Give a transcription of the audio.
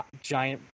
giant